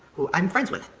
who i'm friends with,